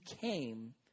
came